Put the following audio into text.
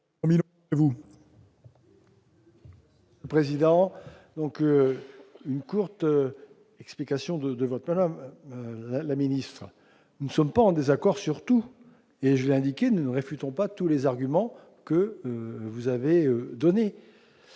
M. Yves Daudigny, pour explication de vote. Madame la ministre, nous ne sommes pas en désaccord sur tout. Je l'ai indiqué, nous ne réfutons pas tous les arguments que vous avez avancés.